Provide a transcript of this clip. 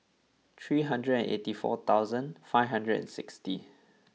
three hundred and eighty four thousand five hundred and sixty